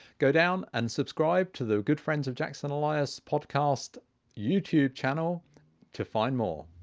go down and subscribe to the good friends of jackson elias podcast youtube channel to find more